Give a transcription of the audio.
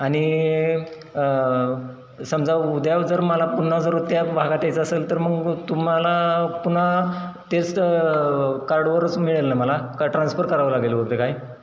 आणि समजा उद्या जर मला पुन्हा जर त्या भागात यायचं असंल तर मग तुम्हाला पुन्हा तेच कार्डवरच मिळेल ना मला का ट्रान्सफर करावं लागेल होतं काय